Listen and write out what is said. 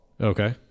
Okay